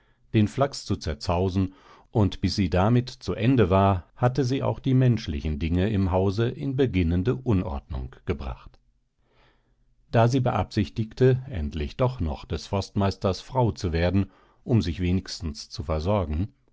den flachs zu zerzausen und bis sie damit zu ende war hatte sie auch die menschlichen dinge im hause in beginnende unordnung gebracht da sie beabsichtigte endlich doch noch des forstmeisters frau zu werden um sich wenigstens zu versorgen